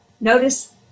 Notice